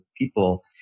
people